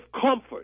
comfort